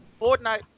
Fortnite